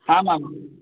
आमाम्